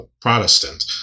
Protestant